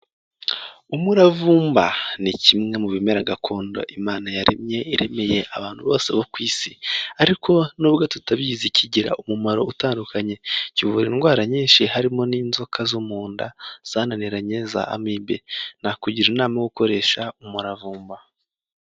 Umuravumba ni kimwe mu bimera gakondo imana yaremye iremeye abantu bose bo ku isi, ariko nubwo tutabizi kigira umumaro utandukanye kivura indwara nyinshi harimo n'inzoka zo mu nda zananiranye za amibe, nakugira inama yo gukoresha umuravumba.